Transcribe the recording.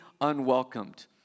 unwelcomed